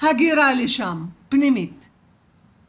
הגירה פנימית לשם.